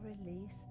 release